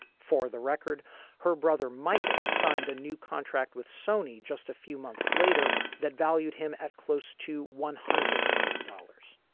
for the record her brother michael signed a new contract with sony just a few months later that valued him at close to one hundred million dollars.